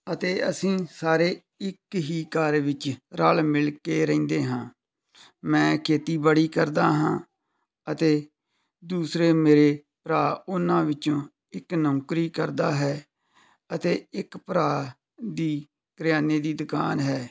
ਅਤੇ ਅਸੀਂ ਸਾਰੇ ਇੱਕ ਹੀ ਘਰ ਵਿੱਚ ਰਲ਼ ਮਿਲ ਕੇ ਰਹਿੰਦੇ ਹਾਂ ਮੈਂ ਖੇਤੀਬਾੜੀ ਕਰਦਾ ਹਾਂ ਅਤੇ ਦੂਸਰੇ ਮੇਰੇ ਭਰਾ ਉਹਨਾਂ ਵਿੱਚੋਂ ਇੱਕ ਨੌਕਰੀ ਕਰਦਾ ਹੈ ਅਤੇ ਇੱਕ ਭਰਾ ਦੀ ਕਰਿਆਨੇ ਦੀ ਦੁਕਾਨ ਹੈ